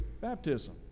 baptism